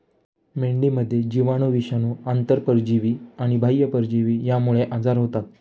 मेंढीमध्ये जीवाणू, विषाणू, आंतरपरजीवी आणि बाह्य परजीवी यांमुळे आजार होतात